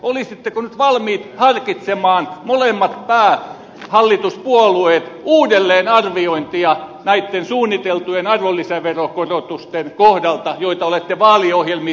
olisitteko nyt valmiit harkitsemaan molemmat päähallituspuolueet uudelleenarviointia näitten suunniteltujen arvonlisäveron korotusten kohdalta joita olette vaaliohjelmissanne esittäneet